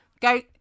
Go